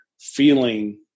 feeling